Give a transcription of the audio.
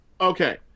okay